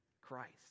Christ